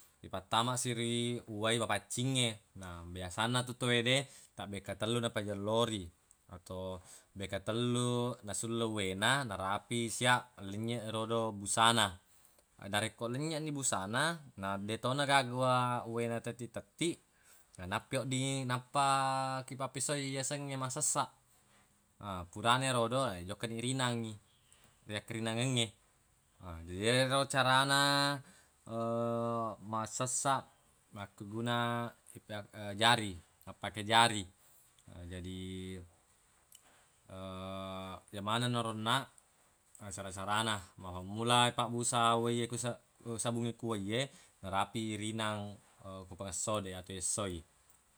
Ipattamasi ri uwai mapaccingnge, na biasanna tu tawwede taq bekka tellu napegellori atau bekka tellu nasullai uwaina narapi sia lenynyeq erodo busana. Narekko lenynyeq ni busana na dettona gaga uwa- uwaina tettiq-tettiq nappi oddingngi nappaki pappesauwi yasengnge massessaq. he purana erodo jokkani rinangngi ri akkerinangengnge, he jadi enaro carana massessaq makkeguna ipa- jari mappake jari. Jadi ye manenna ro onnaq cara-carana mappammula ipabbusa uwaiye kusa- sabungnge ku uwaiye narapi irinang ku pangessode atau yessaui